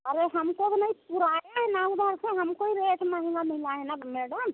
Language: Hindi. अरे हमको तो नहीं पुराया है ना उधर से हमको ही रेट महँगा मिला है ना मैडम